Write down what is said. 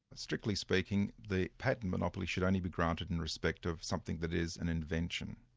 strictly speaking, the patent monopoly should only be granted in respect of something that is an invention,